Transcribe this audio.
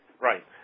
Right